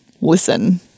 listen